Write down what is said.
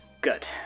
good